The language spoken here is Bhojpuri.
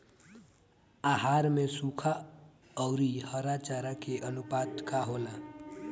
आहार में सुखा औरी हरा चारा के आनुपात का होला?